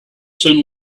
sun